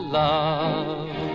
love